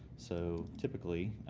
so typically,